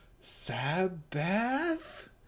Sabbath